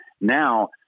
Now